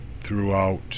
throughout